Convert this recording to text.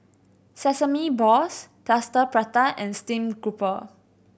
sesame balls Plaster Prata and stream grouper